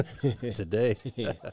today